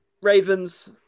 ravens